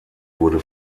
wurde